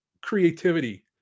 creativity